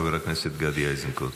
חבר הכנסת גדי איזנקוט.